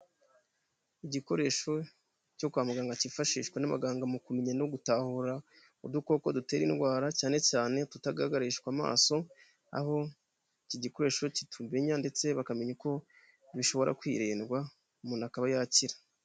Igikoresho cyo kwa muganga cyifashishwa n'abaganga mu kumenya no gutahura udukoko dutera indwara, cyane cyane tutagaragarishwa amaso, aho iki gikoresho kitumenya ndetse bakamenya ko bishobora kwirindwa umuntu akaba yakira.